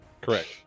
Correct